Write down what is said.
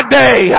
day